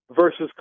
versus